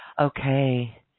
Okay